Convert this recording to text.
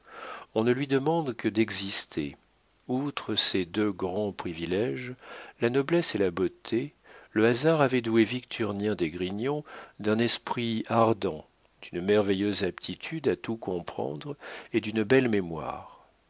on ne lui demande que d'exister outre ces deux grands priviléges la noblesse et la beauté le hasard avait doué victurnien d'esgrignon d'un esprit ardent d'une merveilleuse aptitude à tout comprendre et d'une belle mémoire